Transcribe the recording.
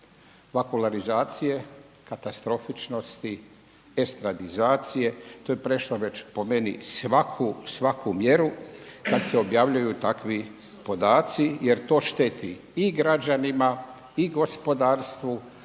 vakularizacije, katastrofičnosti, estradizacije, to je prešlo već po meni svaku, svaku mjeru kada se objavljuju takvi podaci jer to šteti i građanima i gospodarstvu